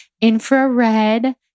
infrared